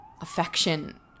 affection